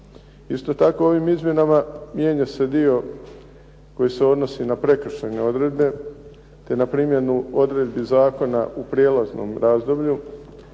Isto tako, ovim izmjenama mijenja se dio koji se odnosi na prekršajne odredbe te na primjenu odredbi zakona u prijelaznom razdoblju.